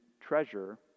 treasure